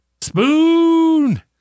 Spoon